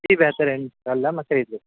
جی بہتر ہے ان شا اللہ میں خرید لیتا